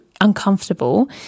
uncomfortable